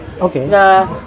Okay